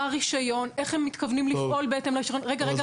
מה הרישיון, איך הם מתכוונים לפעול --- טוב.